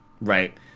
right